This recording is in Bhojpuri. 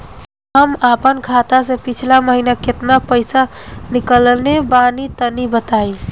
हम आपन खाता से पिछला महीना केतना पईसा निकलने बानि तनि बताईं?